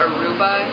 Aruba